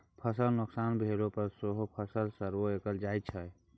फसलक नोकसान भेला पर सेहो फसलक सर्वे कएल जाइ छै